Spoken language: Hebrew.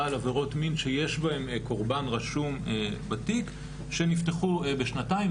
על עבירות מין שיש בהם קורבן רשום בתיק שנפתחו בשנתיים,